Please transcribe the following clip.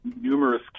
numerous